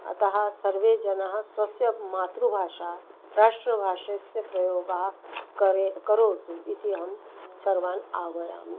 अतः सर्वे जनाः स्वस्य मातृभाषा राष्ट्रभाषस्य प्रयोगः करे करोतु इति अहं सर्वान् आह्वयामि